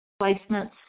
placements